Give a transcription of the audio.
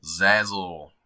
Zazzle